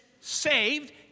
saved